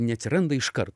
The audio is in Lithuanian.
neatsiranda iš karto